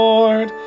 Lord